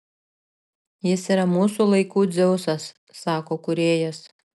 jis yra mūsų laikų dzeusas sako kūrėjas